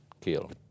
kill